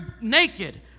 naked